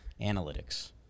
Analytics